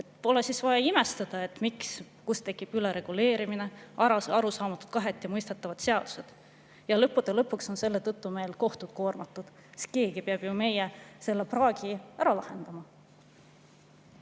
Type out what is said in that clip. Pole siis vaja imestada, et tekib ülereguleerimine, arusaamatud ja kahetimõistetavad seadused. Ja lõppude lõpuks on selle tõttu meil kohtud koormatud, sest keegi peab ju meie praagi ära lahendama.